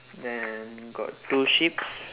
then got two sheeps